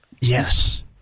yes